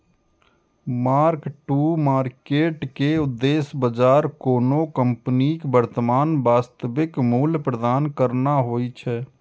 mark to market के उद्देश्य बाजार कोनो कंपनीक वर्तमान वास्तविक मूल्य प्रदान करना होइ छै